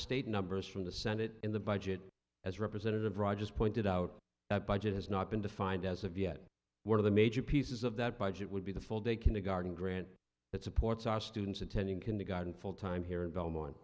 state numbers from the senate in the budget as representative rodgers pointed out that budget has not been defined as of yet one of the major pieces of that budget would be the full day kindergarten grant that supports our students attending kindergarten full time here in belmont